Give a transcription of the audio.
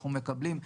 אנחנו מקבלים,